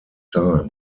time